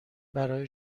برای